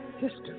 history